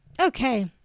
Okay